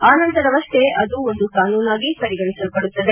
ಆ ನಂತರವಷ್ಟೆ ಅದು ಒಂದು ಕಾನೂನಾಗಿ ಪರಿಗಣಿಸಲ್ಪಡುತ್ತದೆ